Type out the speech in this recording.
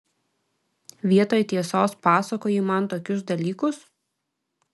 vietoj tiesos pasakoji man tokius dalykus